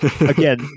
Again